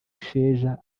isheja